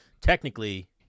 technically